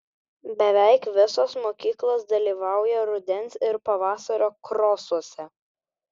beveik visos mokyklos dalyvauja rudens ir pavasario krosuose